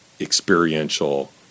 experiential